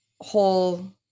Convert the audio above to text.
whole